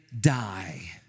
die